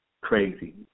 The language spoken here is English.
crazy